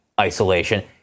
isolation